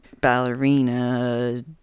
ballerina